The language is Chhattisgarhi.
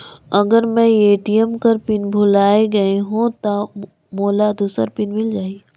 अगर मैं ए.टी.एम कर पिन भुलाये गये हो ता मोला दूसर पिन मिल जाही?